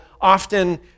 often